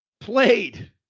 played